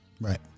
Right